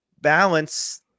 balance